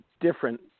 different